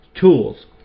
Tools